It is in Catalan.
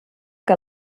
que